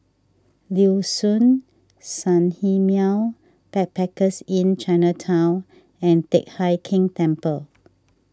Liuxun Sanhemiao Backpackers Inn Chinatown and Teck Hai Keng Temple